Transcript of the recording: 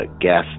gas